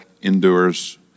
endures